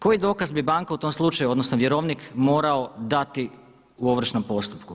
Koji dokaz bi banka u tom slučaju odnosno vjerovnik morao dati u ovršnom postupku?